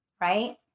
Right